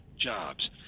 jobs